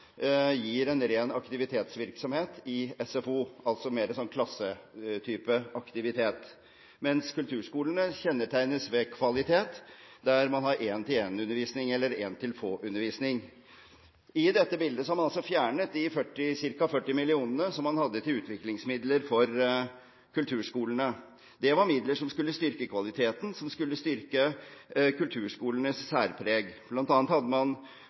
gir en ren aktivitetsvirksomhet i SFO, mer type klasseaktivitet, mens kulturskolene kjennetegnes ved kvalitet der man har én-til-én-undervisning eller én-til-få-undervisning. I dette bildet har man altså fjernet de ca. 40 mill. kr som man hadde til utviklingsmidler for kulturskolene. Det var midler som skulle styrke kvaliteten og kulturskolenes særpreg. Blant annet hadde man